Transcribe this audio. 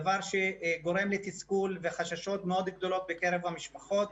דבר שגורם לתסכול ולחששות מאוד גדולים בקרב המשפחות.